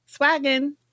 swaggin